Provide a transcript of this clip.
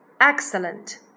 excellent